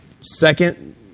Second